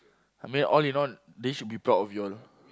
I mean all in all they should be proud of you all